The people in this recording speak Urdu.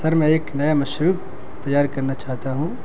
سر میں ایک نیا مشروب تیار کرنا چاہتا ہوں